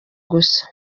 gusa